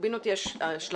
לטורבינות יש השלכות.